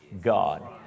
God